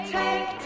take